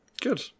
Good